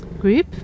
group